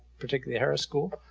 particularly harris school.